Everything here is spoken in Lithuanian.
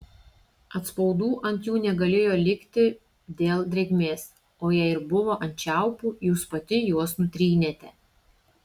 atspaudų ant jų negalėjo likti dėl drėgmės o jei ir buvo ant čiaupų jūs pati juos nutrynėte